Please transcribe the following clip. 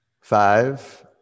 Five